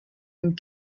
and